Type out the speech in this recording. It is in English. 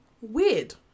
weird